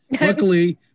Luckily